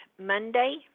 Monday